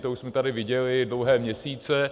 To už jsme tady viděli dlouhé měsíce.